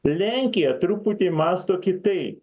lenkija truputį mąsto kitai